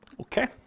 Okay